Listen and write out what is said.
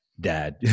dad